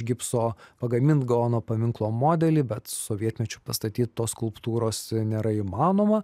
gipso pagamint gaono paminklo modelį bet sovietmečiu pastatyt tos skulptūros nėra įmanoma